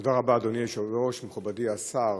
תודה רבה, אדוני היושב-ראש, מכובדי השר,